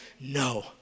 No